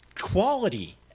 quality